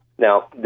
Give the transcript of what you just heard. Now